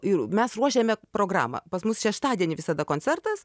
ir mes ruošėme programą pas mus šeštadienį visada koncertas